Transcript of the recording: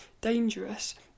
dangerous